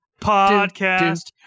podcast